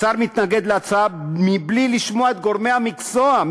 השר מתנגד להצעה מבלי לשמוע את גורמי המקצוע,